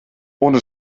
ohne